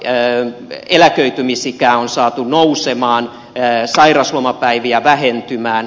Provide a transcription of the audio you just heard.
abloyssa eläköitymisikää on saatu nousemaan sairauslomapäiviä vähentymään